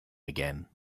again